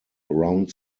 round